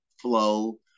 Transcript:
flow